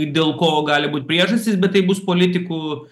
dėl ko gali būt priežastys bet tai bus politikų